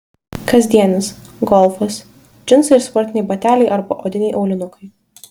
kasdienis golfas džinsai ir sportiniai bateliai arba odiniai aulinukai